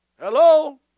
Hello